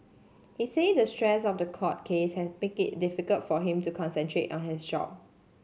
he said the stress of the court case has made it difficult for him to concentrate on his job